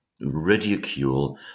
ridicule